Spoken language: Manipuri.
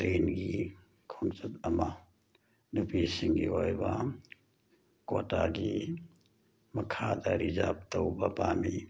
ꯇ꯭ꯔꯦꯟꯒꯤ ꯈꯣꯡꯆꯠ ꯑꯃ ꯅꯨꯄꯤꯁꯤꯡꯒꯤ ꯑꯣꯏꯕ ꯀꯣꯇꯥꯒꯤ ꯃꯈꯥꯗ ꯔꯤꯖꯥꯕ ꯇꯧꯕ ꯄꯥꯝꯏ